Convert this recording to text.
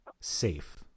safe